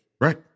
Right